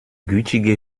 gütige